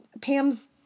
Pam's